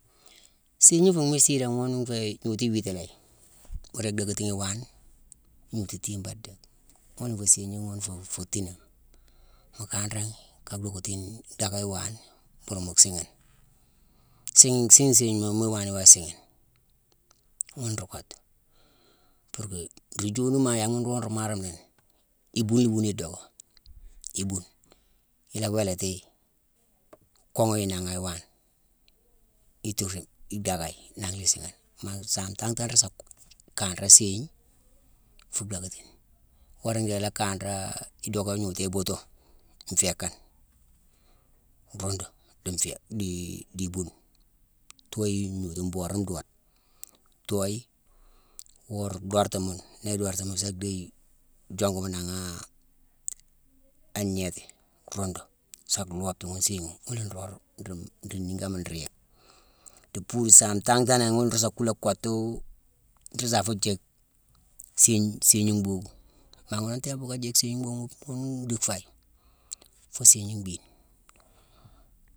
Séygna fu mhistida gnune nféé gnoju iwiiti la yi: mu ringi dhackatighi iwaane, ngnoju tiimbande déck. Ghuna nféé séygna ghune fu-fu tinanma. Mu kanraghi ka dockatine-dhacka iwaane mbuuru mu siighine. Siin, sin séygnema, mu iwaana iwa siighine. Ghune nruu kottu. Purké nruu jonnimane, yaghma nroog nruu marame nini: ibunibune na idocko. Ibune. I la wéélati yi, kogha yi nangha iwaane. Itufi dackayi, nanghna isiighine. Maa saame ntanghtane, nruu sa-ko-kanra séygne, fuu dhackatine. Woré ndééne i la kanré, idocka gnoteye: ibuutu, nféékane, rundu di-nféék-dii ibune. Tooye gnoju mboru ndoode. Tooye, oo dhorti mune. Nii idortimi, asa dhéye jongu mi nangha an gnééti, rundu, sa loobtu ghune séygne ghune. Ghuna nroog nruu nruu ningoma nruu yick. Dipus saame ntantanagh, ghuna nruu sa kula kottu, nruu safu jick séygne-séygne mboobu. Maa ghuna an timpu ghune, ka jick séygne mboobu ghune ndick faye. Foo séygne mbhiine.